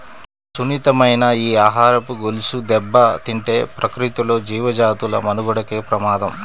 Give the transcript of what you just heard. సున్నితమైన ఈ ఆహారపు గొలుసు దెబ్బతింటే ప్రకృతిలో జీవజాతుల మనుగడకే ప్రమాదం